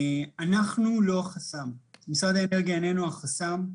אנחנו לא חסם, משרד האנרגיה איננו החסם.